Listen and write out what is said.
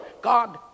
God